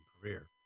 career